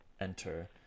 enter